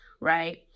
Right